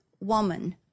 woman